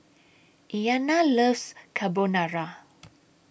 Iyanna loves Carbonara